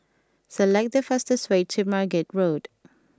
select the fastest way to Margate Road